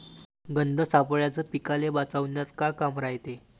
गंध सापळ्याचं पीकाले वाचवन्यात का काम रायते?